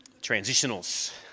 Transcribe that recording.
Transitionals